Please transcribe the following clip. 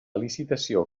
licitació